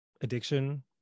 addiction